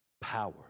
power